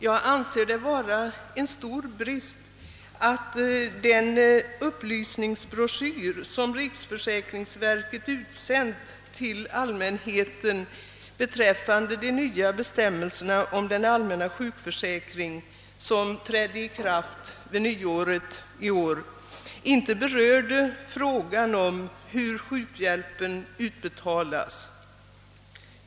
Jag anser det vara en stor brist att den : upplysningsbroschyr som riksförsäkringsverket utsänt till allmänheten be :träffande de nya bestämmelserna för den allmänna :sjukförsäkringen, vilka trädde i kraft den 1 januari i år, inte berör frågan om hur sjukhjälpen ut "betalas.